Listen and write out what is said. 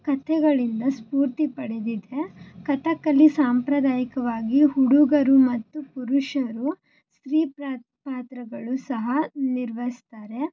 ಕಥೆಗಳಿಂದ ಸ್ಪೂರ್ತಿ ಪಡೆದಿದೆ ಕಥಕ್ಕಲಿ ಸಾಂಪ್ರದಾಯಿಕವಾಗಿ ಹುಡುಗರು ಮತ್ತು ಪುರುಷರು ಸ್ತ್ರೀ ಪಾತ್ರ ಪಾತ್ರಗಳು ಸಹ ನಿರ್ವಹಿಸ್ತಾರೆ